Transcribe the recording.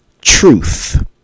Truth